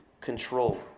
control